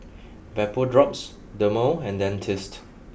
VapoDrops Dermale and Dentiste